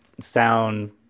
sound